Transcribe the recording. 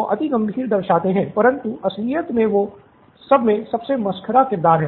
अति गंभीर दर्शाते हैं परन्तु असलियत मे वो सब मे सबसे मसख़रा किरदार है